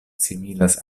similas